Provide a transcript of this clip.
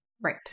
Right